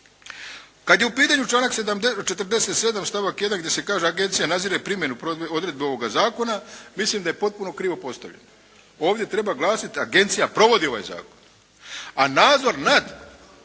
Kada je u pitanju članak 47. stavak 1. gdje se kaže agencija nadzire primjenu odredbe ovoga zakona, mislim da je potpuno krivo postavljena. Ovdje treba glasiti: "agencija provodi ovaj zakon", a nadzor nad